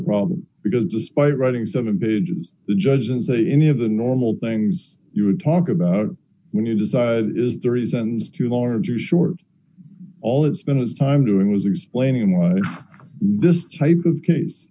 problem because despite writing seven pages the judge didn't say any of the normal things you would talk about when you decide is the reasons too large or short all it's been a time doing was explaining why this